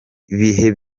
bihe